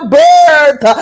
birth